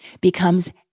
becomes